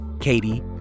Katie